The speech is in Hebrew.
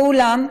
ואולם,